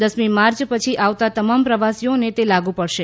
દસમી માર્ચ પછી આવતા તમામ પ્રવાસીઓને તે લાગુ પડશે